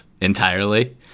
entirely